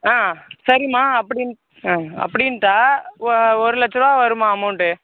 ஆ சரிமா அப்படின்ட் அப்படின்ட்டா ஒரு லட்சம் ரூபா வரும்மா அமௌண்ட்டு